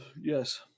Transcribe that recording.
Yes